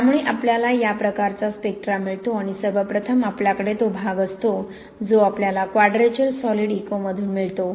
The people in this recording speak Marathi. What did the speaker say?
त्यामुळे आपल्याला या प्रकारचा स्पेक्ट्रा मिळतो आणि सर्वप्रथम आपल्याकडे तो भाग असतो जो आपल्याला क्वाड्रॅचर सॉलिड इकोमधून मिळतो